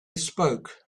spoke